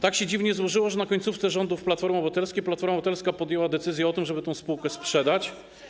Tak się dziwnie złożyło, że w końcówce rządów Platformy Obywatelskiej Platforma Obywatelska podjęła decyzja o tym, żeby tę spółkę sprzedać.